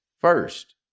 first